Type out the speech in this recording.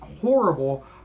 horrible